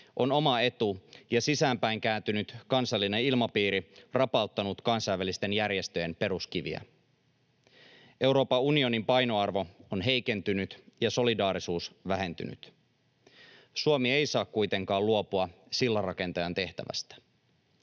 on oma etu ja sisäänpäin kääntynyt kansallinen ilmapiiri rapauttanut kansainvälisten järjestöjen peruskiviä. Euroopan unionin painoarvo on heikentynyt ja solidaarisuus vähentynyt. Suomi ei saa kuitenkaan luopua sillanrakentajan tehtävästä.